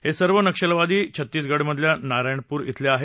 हे सर्व नक्षलवादी छत्तीगडमधल्या नारायणप्र शिले आहेत